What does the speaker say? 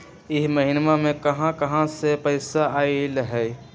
इह महिनमा मे कहा कहा से पैसा आईल ह?